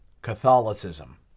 Catholicism